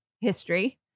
history